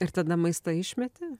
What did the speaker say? ir tada maistą išmeti